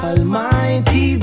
Almighty